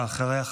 ואחריה,